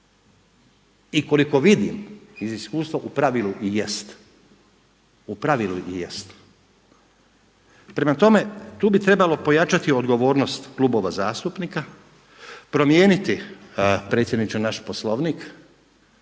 I koliko vidim iz iskustva u pravilu i jest, u pravilu i jest. Prema tome, tu bi trebalo pojačati odgovornost klubova zastupnika, promijeniti predsjedniče naš Poslovnik,